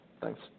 Thanks